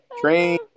Train